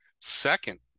Second